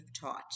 taught